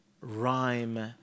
rhyme